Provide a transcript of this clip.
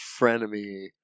frenemy